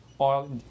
oil